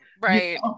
Right